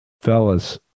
Fellas